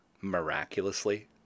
miraculously